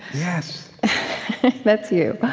yes that's you but